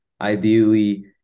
ideally